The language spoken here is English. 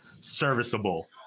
serviceable